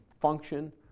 function